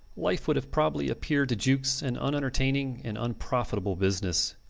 life would have probably appeared to jukes an unentertaining and unprofitable business.